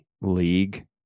league